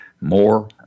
more